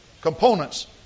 components